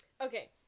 Okay